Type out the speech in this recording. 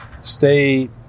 stay